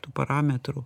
tų parametrų